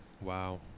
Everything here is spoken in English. Wow